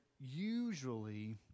usually